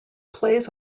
plays